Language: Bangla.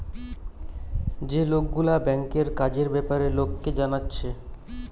যে লোকগুলা ব্যাংকের কাজের বেপারে লোককে জানাচ্ছে